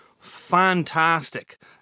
fantastic